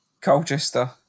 Colchester